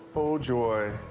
oh, joy.